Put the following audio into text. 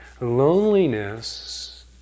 Loneliness